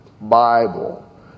Bible